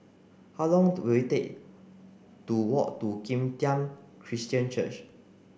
how long will it take to walk to Kim Tian Christian Church